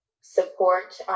support